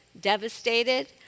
devastated